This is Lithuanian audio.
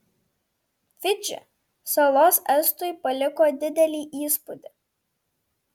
fidži salos estui paliko didelį įspūdį